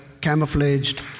camouflaged